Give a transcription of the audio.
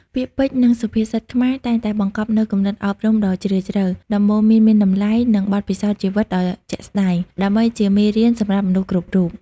ពាក្យពេចន៍ និងសុភាសិតខ្មែរតែងតែបង្កប់នូវគំនិតអប់រំដ៏ជ្រាលជ្រៅ ដំបូន្មានមានតម្លៃ និងបទពិសោធន៍ជីវិតដ៏ជាក់ស្ដែង ដើម្បីជាមេរៀនសម្រាប់មនុស្សគ្រប់រូប។